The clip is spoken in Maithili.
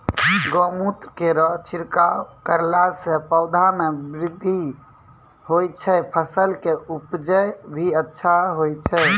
गौमूत्र केरो छिड़काव करला से पौधा मे बृद्धि होय छै फसल के उपजे भी अच्छा होय छै?